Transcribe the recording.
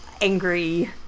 angry